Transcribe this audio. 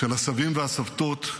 של הסבים והסבתות,